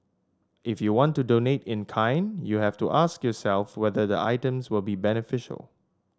if you want to donate in kind you have to ask yourself whether the items will be beneficial